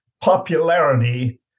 popularity